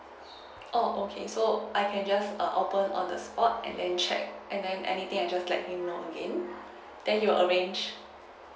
oh okay so I can just err open on the spot and then check and then anything I just let him know again then he will arrange